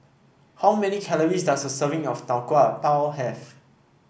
how many calories does a serving of Tau Kwa Pau have